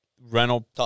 rental